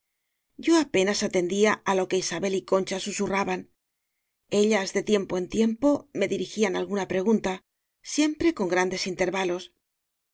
yo apenas atendía á lo que isabel y concha susurraban ellas de tiempo en tiempo me dirigían alguna pre gunta siempre con grandes intervalos